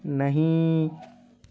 نہیں